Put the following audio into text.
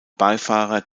beifahrer